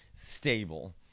stable